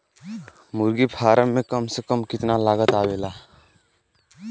मुर्गी पालन में कम से कम कितना लागत आवेला?